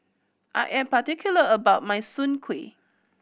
I am particular about my soon kway